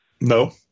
No